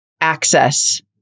access